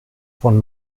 von